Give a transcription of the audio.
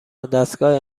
ودستگاه